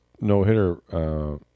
No-hitter